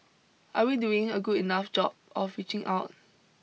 are we doing a good enough job of reaching out